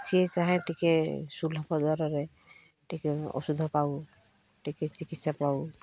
ସିଏ ଚାହେଁ ଟିକେ ସୁଲଭ ଦରରେ ଟିକେ ଔଷଧ ପାଉ ଟିକେ ଚିକିତ୍ସା ପାଉ